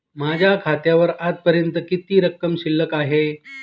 माझ्या खात्यावर आजपर्यंत किती रक्कम शिल्लक आहे?